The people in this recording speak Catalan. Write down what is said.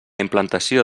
implantació